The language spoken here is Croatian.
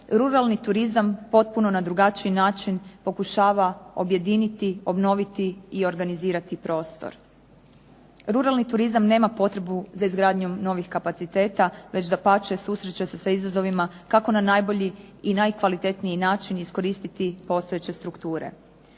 ruralni turizam potpuno na drugačiji način pokušava objediniti, obnoviti i organizirati prostor. Ruralni turizam nema potrebu za izgradnjom novih kapaciteta već dapače, susreće se sa izazovima kako na najbolji i najkvalitetniji način iskoristiti postojeće strukture.